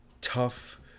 Tough